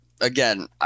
Again